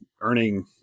earning